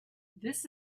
this